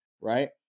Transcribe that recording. right